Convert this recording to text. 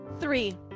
three